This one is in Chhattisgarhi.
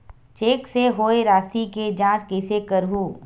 चेक से होए राशि के जांच कइसे करहु?